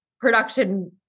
production